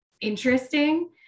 interesting